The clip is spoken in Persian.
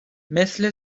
مثل